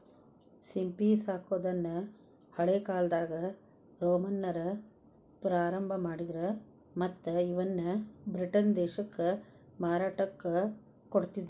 ಸಿಂಪಿ ಸಾಕೋದನ್ನ ಹಳೇಕಾಲ್ದಾಗ ರೋಮನ್ನರ ಪ್ರಾರಂಭ ಮಾಡಿದ್ರ ಮತ್ತ್ ಇವನ್ನ ಬ್ರಿಟನ್ ದೇಶಕ್ಕ ಮಾರಾಟಕ್ಕ ಕೊಡ್ತಿದ್ರು